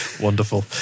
Wonderful